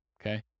okay